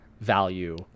value